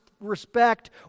respect